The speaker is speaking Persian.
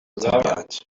طبیعت